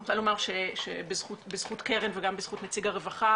אני רוצה לומר שבזכות קרן וגם בזכות נציג הרווחה,